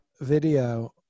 video